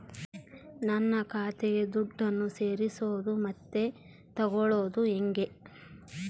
ನನ್ನ ಖಾತೆಗೆ ದುಡ್ಡನ್ನು ಸೇರಿಸೋದು ಮತ್ತೆ ತಗೊಳ್ಳೋದು ಹೇಗೆ?